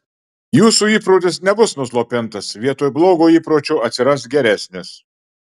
jūsų įprotis nebus nuslopintas vietoj blogo įpročio atsiras geresnis